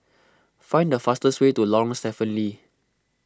find the fastest way to Lorong Stephen Lee